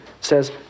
says